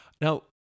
Now